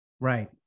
Right